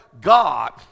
God